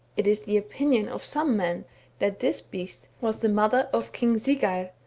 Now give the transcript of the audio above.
it is the opinion of some men that this beast was the mother of king siggeir,